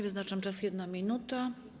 Wyznaczam czas - 1 minuta.